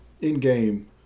in-game